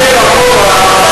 לומר את הדברים שלי,